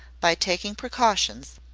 by taking precautions,